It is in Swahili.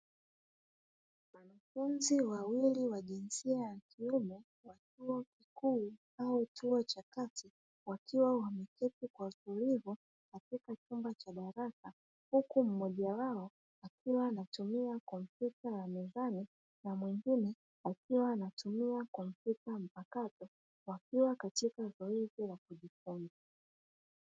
Wanafunzi wawili wa jinsia ya kiume, wa chuo kikuu au chuo cha kati, wakiwa wameketi kwa utulivu katika chumba cha darasa, huku mmoja wao akiwa anatumia kompyuta ya mezani na mwingine akiwa anatumia kompyuta mpakato, wakiwa katika zoezi la kujifunza.